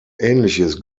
ähnliches